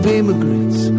immigrants